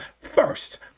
First